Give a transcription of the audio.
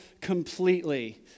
completely